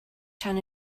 tan